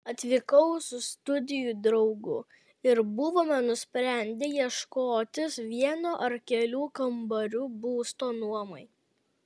atvykau su studijų draugu ir buvome nusprendę ieškotis vieno ar kelių kambarių būsto nuomai